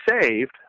saved